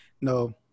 No